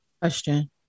Question